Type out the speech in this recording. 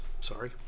sorry